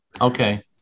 Okay